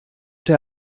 der